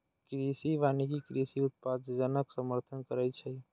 कृषि वानिकी कृषि उत्पादनक समर्थन करै छै